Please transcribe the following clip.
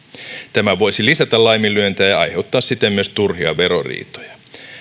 tämä voisi lisätä laiminlyöntejä ja aiheuttaa siten myös turhia veroriitoja